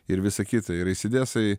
ir visą kitą ir eisidesai